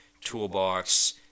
toolbox